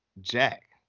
Jack